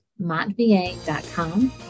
montva.com